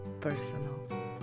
personal